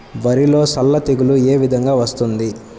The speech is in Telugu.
వరిలో సల్ల తెగులు ఏ విధంగా వస్తుంది?